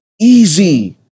Easy